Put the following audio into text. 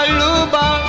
luba